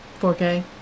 4K